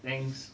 thanks